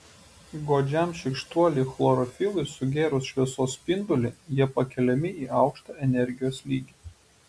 godžiam šykštuoliui chlorofilui sugėrus šviesos spindulį jie pakeliami į aukštą energijos lygį